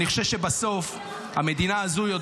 אני חושב שבסוף המדינה הזאת,